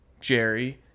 Jerry